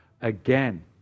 Again